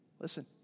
Listen